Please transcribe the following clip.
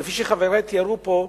כפי שחברי הכנסת דיברו פה,